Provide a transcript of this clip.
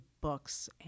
books